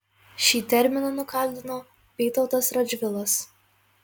šį terminą nukaldino vytautas radžvilas